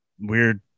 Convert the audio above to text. weird